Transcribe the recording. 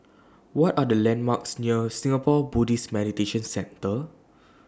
What Are The landmarks near Singapore Buddhist Meditation Centre